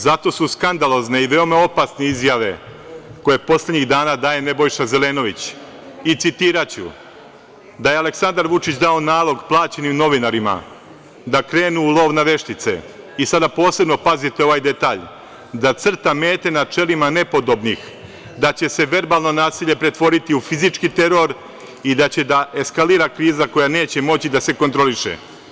Zato su skandalozne i veoma opasne izjave koje poslednjih dana daje Nebojša Zelenović i citiraću: „Aleksandar Vučić je dao nalog plaćenim novinarima da krenu u lov na veštice“ i sad posebno pazite ovaj detalj „da crta mete na čelima nepodobnih, da će se verbalno nasilje pretvoriti u fizički teror i da će da eskalira kriza koja neće moći da se kontroliše“